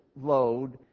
load